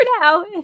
now